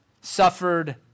suffered